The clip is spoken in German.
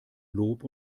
lob